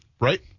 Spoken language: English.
right